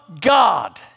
God